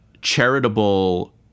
charitable